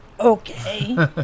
Okay